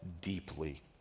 deeply